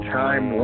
time